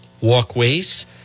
walkways